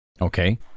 Okay